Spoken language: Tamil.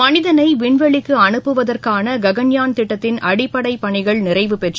மனிதனை விண்வெளிக்கு அனுப்பதற்கான ககன்யான் திட்டத்தின் அடிப்படை பணிகள் நிறைவுபெற்று